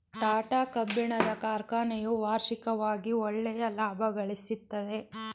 ಟಾಟಾ ಕಬ್ಬಿಣದ ಕಾರ್ಖನೆಯು ವಾರ್ಷಿಕವಾಗಿ ಒಳ್ಳೆಯ ಲಾಭಗಳಿಸ್ತಿದೆ